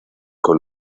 con